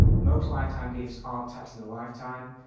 most lifetime gifts aren't taxed in a lifetime.